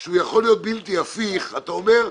שהוא יכול להיות בלתי הפיך, אתה אומר: